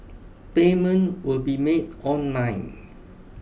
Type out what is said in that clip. payment will be made online